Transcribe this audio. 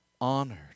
honored